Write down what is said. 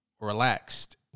relaxed